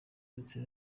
ndetse